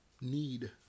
need